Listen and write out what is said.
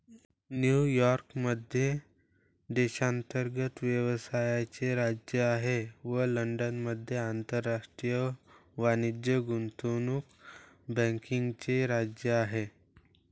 New York मध्ये देशांतर्गत व्यवसायाचे राज्य आहे व लंडनमध्ये आंतरराष्ट्रीय वाणिज्य गुंतवणूक बँकिंगचे राज्य आहे